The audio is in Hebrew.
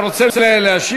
אתה רוצה להשיב?